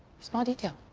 small detail.